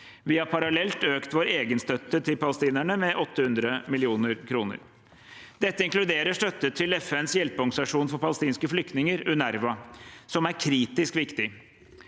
Vi har parallelt økt vår egen støtte til palestinerne med 800 mill. kr. Det inkluderer støtte til FNs hjelpeorganisasjon for palestinske flyktninger, UNRWA, som er kritisk viktig.